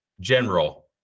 general